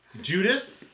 Judith